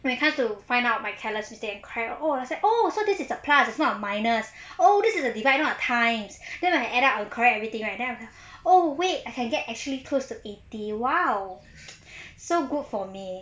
when it comes to find out my careless mistake and cry out oh I say oh this is a plus is not a minus oh this is a divide not a times then I add up and correct everything right then I was like oh wait I can get actually close to eighty !wow! so good for me